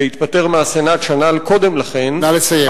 שהתפטר מהסנאט שנה קודם לכן, נא לסיים.